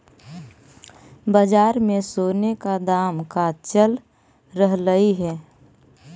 बाजार में सोने का दाम का चल रहलइ हे